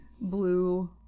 blue